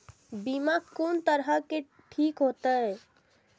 बीमा कोन तरह के ठीक होते?